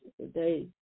today